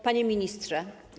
Panie Ministrze!